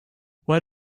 why